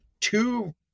two